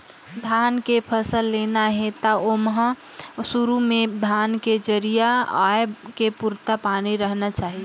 धान के फसल लेना हे त ओमहा सुरू में धान के जरिया आए के पुरता पानी रहना चाही